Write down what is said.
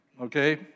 okay